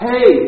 Hey